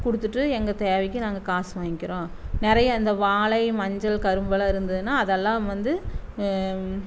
கொடுத்துட்டு எங்கள் தேவைக்கு நாங்கள் காசு வாங்கிக்கிறோம் நிறைய அந்த வாழை மஞ்சள் கரும்பெல்லாம் இருந்துதுனால் அதெல்லாம் வந்து